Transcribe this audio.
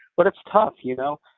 but it's tough, you know?